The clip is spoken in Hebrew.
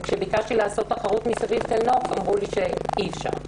וכאשר ביקשתי לעשות תחרות מסביב לתל נוף אמרו לי שאי אפשר.